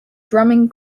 drumming